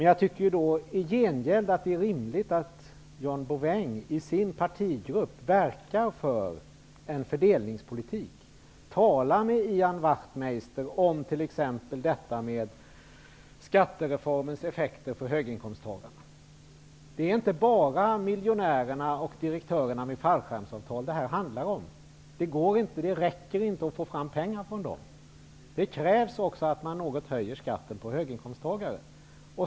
Jag tycker i gengäld att det är rimligt att John Bouvin i sin partigrupp verkar för en fördelningspolitik. Tala med Ian Wachtmeister om frågan om skattereformens effekter för höginkomsttagare. Det här handlar inte bara om miljonärerna och direktörerna med fallskärmsavtal. Det räcker inte med att få fram pengar från dem. Det krävs också att skatten höjs något för höginkomsttagare.